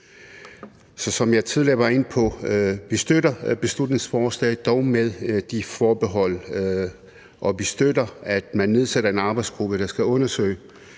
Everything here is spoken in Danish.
som jeg tidligere var inde på, støtter vi beslutningsforslaget, dog med de forbehold, og vi støtter, at man nedsætter en arbejdsgruppe, der skal undersøge